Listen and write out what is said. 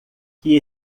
que